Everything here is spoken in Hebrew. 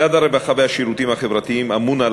משרד הרווחה והשירותים החברתיים אמון על